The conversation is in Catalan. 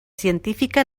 científica